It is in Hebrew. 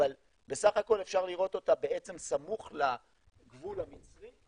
אבל בסך הכול אפשר לראות אותה סמוך לגבול המצרי.